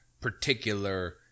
particular